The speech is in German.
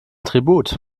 tribut